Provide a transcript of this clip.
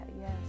yes